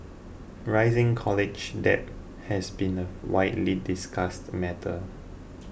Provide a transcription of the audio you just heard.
rising college debt has been a widely discussed matter